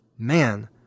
Man